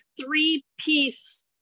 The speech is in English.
three-piece